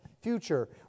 future